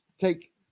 take